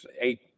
eight